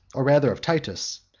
or rather of titus,